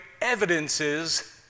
evidences